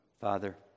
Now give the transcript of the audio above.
Father